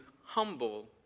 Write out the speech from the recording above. humble